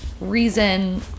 reason